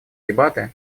дебаты